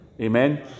Amen